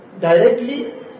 directly